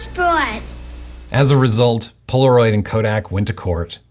but as a result, polaroid and kodak went to court,